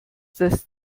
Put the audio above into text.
dass